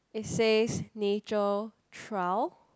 it says nature trail